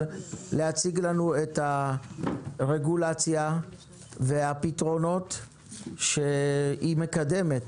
להציג לנו את הרגולציה והפתרונות שהיא מקדמת